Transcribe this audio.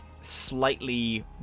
slightly